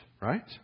Right